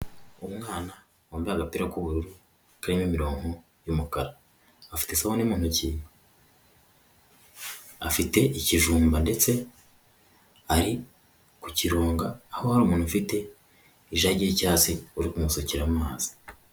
Umwana wambaye agapira k'ubururu, karimo imironko y'umukara afite isabune mu ntoki afite ikijumba ndetse ari ku kironga, aho wa umuntu ufite ijage y'icyasi, uri uri kumusukira amazi.